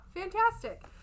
fantastic